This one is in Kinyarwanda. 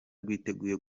rwiteguye